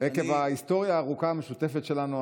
עקב ההיסטוריה הארוכה המשותפת שלנו,